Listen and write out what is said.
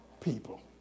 people